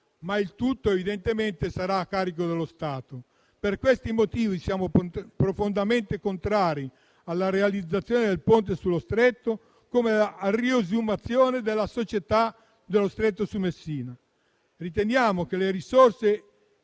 ma il tutto evidentemente sarà a carico dello Stato. Per questi motivi siamo profondamente contrari alla realizzazione del Ponte sullo Stretto, come alla riesumazione della società Stretto di Messina. Riteniamo che le risorse